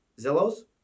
Zillow's